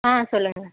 ஆ சொல்லுங்கள்